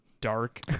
dark